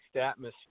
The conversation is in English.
atmosphere